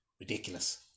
Ridiculous